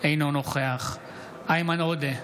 אינו נוכח איימן עודה,